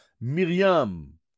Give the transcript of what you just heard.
Miriam